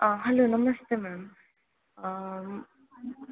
ಆಂ hello ನಮಸ್ತೆ ma'am